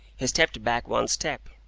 he stepped back one step,